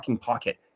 pocket